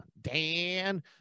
Dan